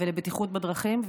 ולבטיחות בדרכים.